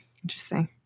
Interesting